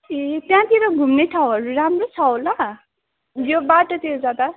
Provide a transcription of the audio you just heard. ए त्यहाँतिर घुम्ने ठाउँहरू राम्रो छ होला यो बाटोतिर जाँदा